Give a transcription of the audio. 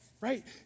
right